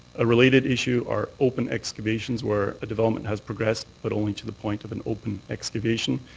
a related issue are open excavations where a development has progressed but only to the point of an open excavation.